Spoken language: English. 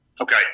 Okay